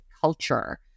culture